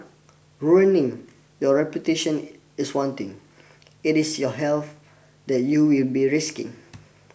ruining your reputation is one thing it is your health that you will be risking